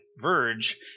Verge